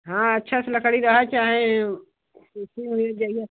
हाँ अच्छी सी लकड़ी रह चाहे इसी लिए चाहिए